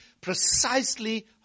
precisely